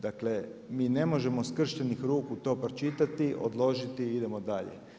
Dakle, mi ne možemo skrštenih ruku to pročitati, odložiti i idemo dalje.